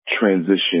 transition